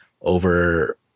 over –